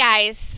Guys